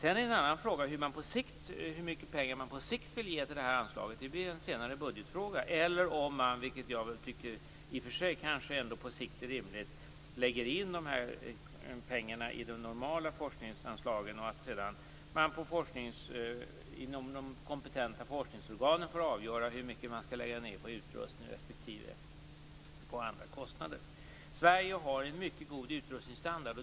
En annan fråga är hur mycket pengar man på sikt vill ge till det här anslaget. Det är en senare budgetfråga. Det jag på sikt tycker är rimligt är att man lägger in pengarna i de normala forskningsanslagen och att de kompetenta forskningsorganen får avgöra hur mycket man skall lägga ned på utrustning respektive annat. Sverige har en mycket god utrustningsstandard.